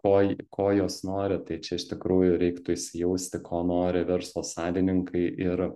koj ko jos nori tai čia iš tikrųjų reiktų įsijausti ko nori verslo savininkai ir